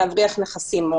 כדי להבריח נכסים.